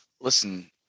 listen